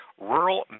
Rural